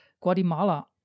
Guatemala